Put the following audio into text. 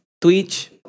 twitch